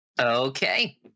Okay